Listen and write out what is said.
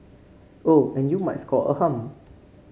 oh and you might score a hum